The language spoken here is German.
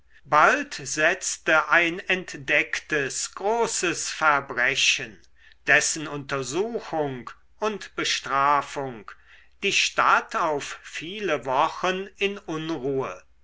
bald setzte ein entdecktes großes verbrechen dessen untersuchung und bestrafung die stadt auf viele wochen in unruhe